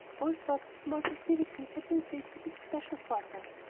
all sorts of small festivities had been saved for this special fortnight,